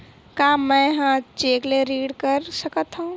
का मैं ह चेक ले ऋण कर सकथव?